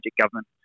government